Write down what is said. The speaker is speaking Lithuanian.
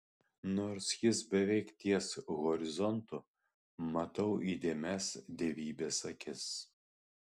nors jis beveik ties horizontu matau įdėmias dievybės akis